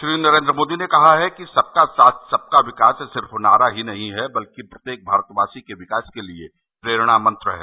श्री नरेन्द्र मोदी ने कहा है कि सबका साथ सबका विकास सिर्फ नारा ही नहीं है बल्कि प्रत्येक भारतवासी के विकास के लिए प्रेरणा मंत्र है